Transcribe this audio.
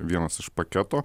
vienas iš paketo